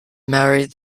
married